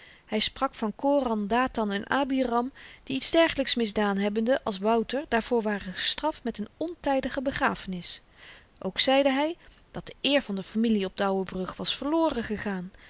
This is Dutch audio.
hy sprak van koran dathan en abiram die iets dergelyks misdaan hebbende als wouter daarvoor waren gestraft met n ontydige begrafenis ook zeide hy dat de eer van de familie op d'ouwenbrug was verloren gegaan